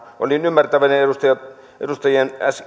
olin ymmärtävinäni opposition edustajien